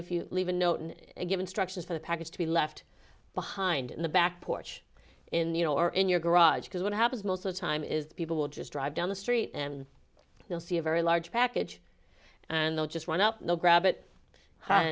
if you leave a note and give instructions for the package to be left behind in the back porch in the you know or in your garage because what happens most of time is that people will just drive down the street and they'll see a very large package and they'll just run up no grab it h